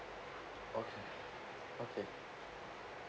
oh okay